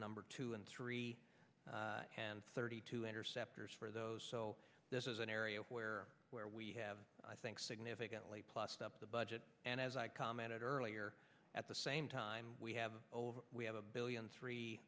number two and three hand thirty two interceptors for those so this is an area where where we have i think significantly plussed up the budget and as i commented earlier at the same time we have over we have a billion three